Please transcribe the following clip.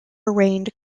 arranged